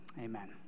Amen